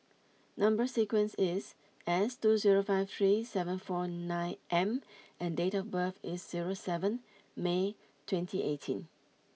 number sequence is S two zero five three seven four nine M and date of birth is zero seven May twenty eighteen